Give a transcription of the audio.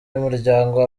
y’umuryango